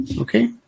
Okay